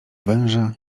węża